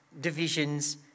divisions